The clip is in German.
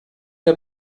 der